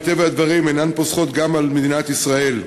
ומטבע הדברים אינן פוסחות גם על מדינת ישראל.